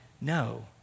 no